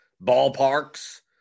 ballparks